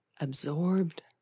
Absorbed